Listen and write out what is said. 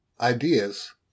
Ideas